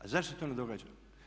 A zašto se to ne događa?